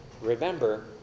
remember